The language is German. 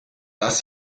das